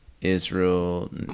Israel